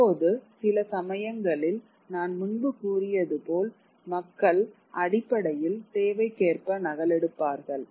இப்போது சில சமயங்களில் நான் முன்பு கூறியது போல் மக்கள் அடிப்படையில் தேவைக்கேற்ப நகலெடுப்பார்கள்